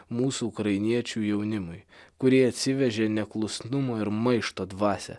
mūsų ukrainiečių jaunimui kurie atsivežė neklusnumo ir maišto dvasią